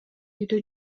үйдө